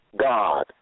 God